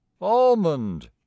Almond